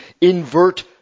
invert